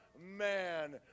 man